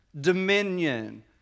dominion